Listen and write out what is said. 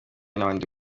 n’abandi